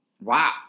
Wow